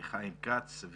חיים כץ,